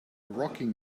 rocking